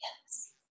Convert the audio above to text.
Yes